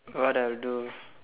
what I'll do